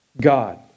God